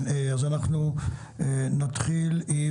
אנחנו נתחיל עם